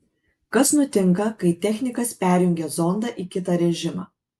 kas nutinka kai technikas perjungia zondą į kitą režimą